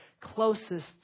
closest